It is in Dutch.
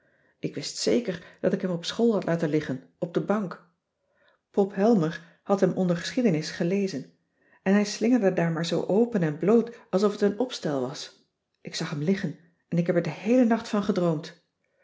ik wist zeker dat ik hem op school had laten liggen op de bank pop helmer had hem onder geschiedenis gelezen en hij slingerde daar maar zoo open en bloot alsof het een opstel was ik zag hem liggen en ik heb er den heelen nacht van gedroomd